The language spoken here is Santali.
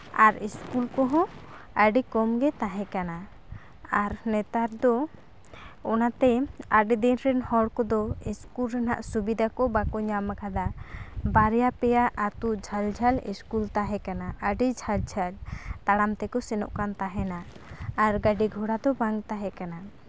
ᱟᱨ ᱥᱠᱩᱞ ᱠᱚᱦᱚᱸ ᱟᱹᱰᱤ ᱠᱚᱢ ᱜᱮ ᱛᱟᱦᱮᱸᱠᱟᱱᱟ ᱟᱨ ᱱᱮᱛᱟᱨ ᱫᱚ ᱚᱱᱟᱛᱮ ᱟᱹᱰᱤ ᱫᱤᱱ ᱨᱮᱱ ᱦᱚᱲ ᱠᱚᱫᱚ ᱥᱠᱩᱞ ᱨᱮᱱᱟᱜ ᱥᱩᱵᱤᱫᱟ ᱠᱚ ᱵᱟᱠᱚ ᱧᱟᱢᱟᱠᱟᱫᱟ ᱵᱟᱨᱭᱟ ᱯᱮᱭᱟ ᱟᱹᱛᱩ ᱡᱷᱟᱹᱞ ᱡᱷᱟᱹᱞ ᱥᱠᱩᱞ ᱛᱟᱦᱮᱸᱠᱟᱱᱟ ᱟᱹᱰᱤ ᱡᱷᱟᱹᱞ ᱡᱷᱟᱹᱞ ᱛᱟᱲᱟᱢ ᱛᱮᱠᱚ ᱥᱮᱱᱚᱜ ᱠᱟᱱ ᱛᱟᱦᱮᱱᱟ ᱟᱨ ᱜᱟᱹᱰᱤ ᱜᱷᱚᱲᱟ ᱫᱚ ᱵᱟᱝ ᱛᱟᱦᱮᱸᱠᱟᱱᱟ